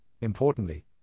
importantly